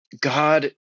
God